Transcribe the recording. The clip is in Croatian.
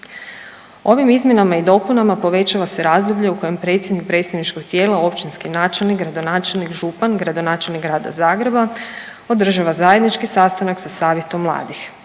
Ovim izmjenama i dopunama povećava se razdoblje u kojem predsjednik predstavničkog tijela, općinski načelnik, gradonačelnik, župan, gradonačelnik Grada Zagreba održava zajednički sastanak sa savjetom mladih.